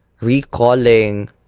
recalling